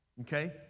Okay